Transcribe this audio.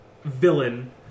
Villain